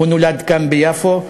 הוא נולד כאן ביפו.